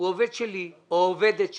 הוא עובד או עובדת שלי.